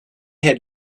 had